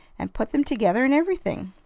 and put them together, and everything.